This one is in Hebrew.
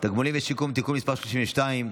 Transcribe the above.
(תגמולים ושיקום) (תיקון מס' 32),